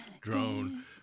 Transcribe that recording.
drone